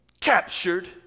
captured